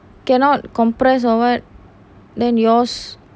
cannot compress or what then yours